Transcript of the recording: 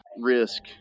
risk